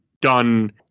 done